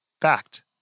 fact